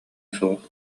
суох